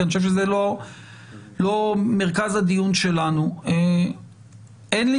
כי אני חושב שזה לא מרכז הדיון שלנו אין לי